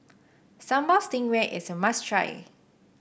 Sambal Stingray is a must try